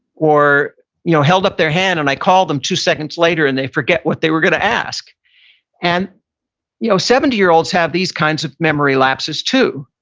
or you know held up their hand and i called them two seconds later and they forget what they were going to ask and you know seventy year olds have these kinds of memory lapses too.